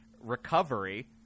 recovery